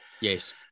yes